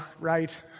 right